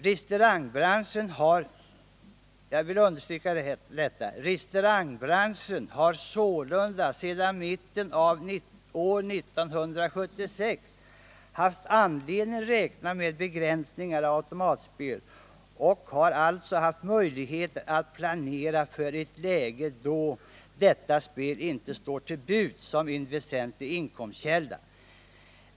Restaurangbranschen har sålunda” — jag vill understryka detta — ”sedan mitten av år 1976 haft anledning räkna med begränsningar av automatspelet och har alltså haft möjligheter att planera för ett läge då detta spel inte står till buds som en väsentlig inkomstkälla.